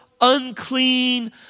unclean